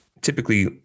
typically